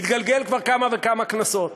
מתגלגל כבר כמה וכמה כנסות,